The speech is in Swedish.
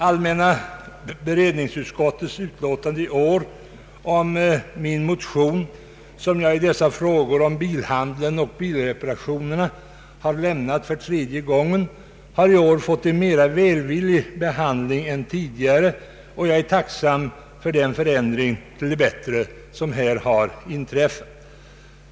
Allmänna beredningsutskottets utlåtande i år om min motion — som jag i dessa frågor om bilhandeln och bilreparationerna har lämnat för tredje gången — har fått en mera välvillig utformning än tidigare, och jag är tacksam för den förändring till det bättre som här har inträffat.